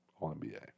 All-NBA